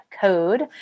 code